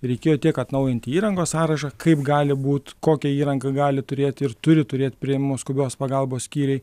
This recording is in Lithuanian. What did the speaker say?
reikėjo tiek atnaujinti įrangos sąrašą kaip gali būt kokią įrangą gali turėt ir turi turėt priėmimo skubios pagalbos skyriai